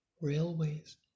railways